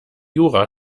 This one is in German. jura